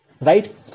right